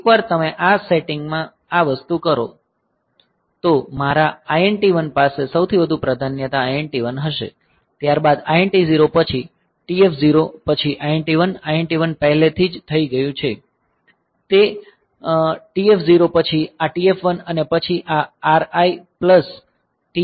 એકવાર તમે આ સેટિંગમાં આ વસ્તુ કરો તો મારા INT 1 પાસે સૌથી વધુ પ્રાધાન્યતા INT 1 હશે ત્યારબાદ INT 0 પછી TF0 પછી INT 1 INT 1 પહેલેથી જ થઈ ગયું છે TF0 પછી આ TF1 અને પછી આ RI પ્લસ TI